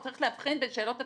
צריך להבחין בין שאלות התשתית,